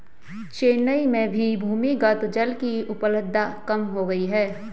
चेन्नई में भी भूमिगत जल की उपलब्धता कम हो गई है